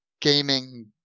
gaming